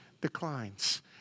declines